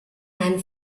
and